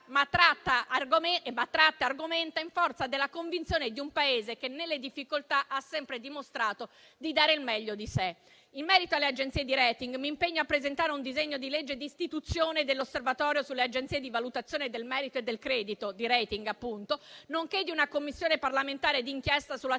però e argomenta in forza della convinzione di un Paese che, nelle difficoltà, ha sempre dimostrato di dare il meglio di sé. In merito alle agenzie di *rating*, mi impegno a presentare un disegno di legge di istituzione dell'Osservatorio sulle agenzie di valutazione del merito e del credito, di *rating* appunto, nonché di una Commissione parlamentare d'inchiesta sull'attività